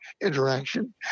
interaction